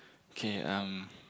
okay um